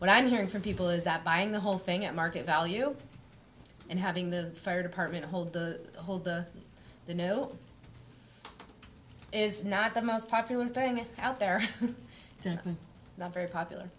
what i'm hearing from people is that buying the whole thing at market value and having the fire department hold the whole the the know is not the most popular thing out there not very